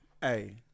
Hey